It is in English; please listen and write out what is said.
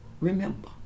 Remember